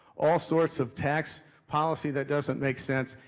all sorts of tax policy that doesn't make sense.